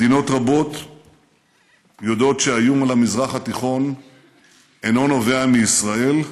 מדינות רבות יודעות שהאיום על המזרח התיכון אינו נובע מישראל,